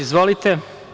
Izvolite.